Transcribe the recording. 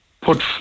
put